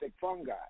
fungi